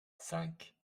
cinq